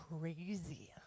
crazy